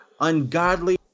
ungodly